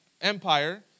Empire